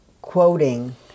quoting